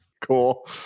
cool